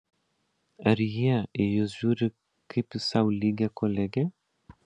ar jie į jus žiūri kaip į sau lygią kolegę